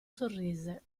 sorrise